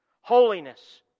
holiness